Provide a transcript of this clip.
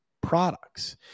products